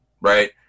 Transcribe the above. right